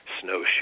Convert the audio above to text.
snowshoe